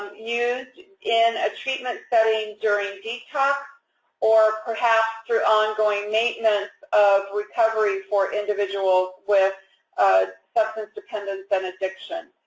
used in a treatment setting during detox or perhaps for ongoing maintenance of recovery for individuals with substance dependence and addiction.